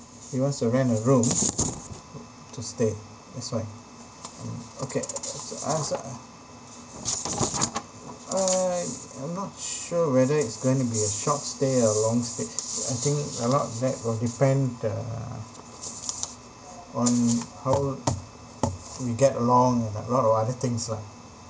he wants to rent a room to stay that's why um okay so I so I I I'm not sure whether it's going to be a short stay or long stay I think about that will depend uh on how we get along and a lot of other things lah